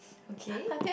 okay